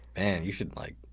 and you should like,